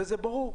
וזה ברור.